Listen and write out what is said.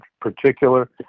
particular